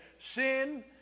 sin